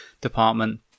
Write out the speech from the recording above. department